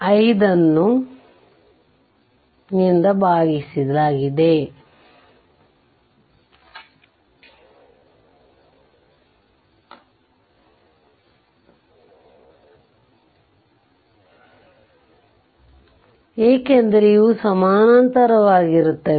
5 ಅನ್ನು ನಿಂದ ಭಾಗಿಸಲಾಗಿದೆ ಏಕೆಂದರೆ ಇವು ಸಮಾನಾಂತರವಾಗಿರುತ್ತವೆ